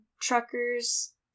truckers